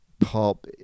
pop